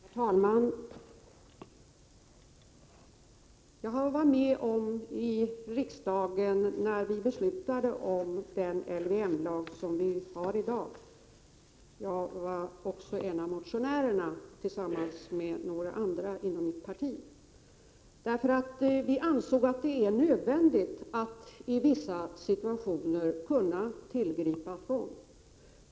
Herr talman! Jag var med när vi i riksdagen beslutade om den lag om vård av missbrukare vi har i dag. Jag hade då motionerat i denna fråga tillsammans med några andra inom mitt parti. Vi ansåg att det är nödvändigt att i vissa situationer kunna tillgripa tvång.